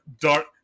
dark